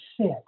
sit